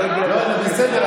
לא, זה בסדר.